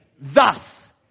Thus